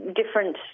different